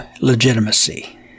legitimacy